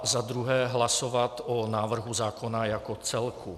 Za druhé hlasovat o návrhu zákona jako celku.